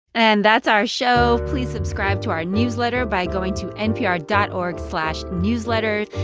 and that's our show. please subscribe to our newsletter by going to npr dot org slash newsletter.